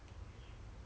scenario lah